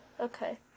okay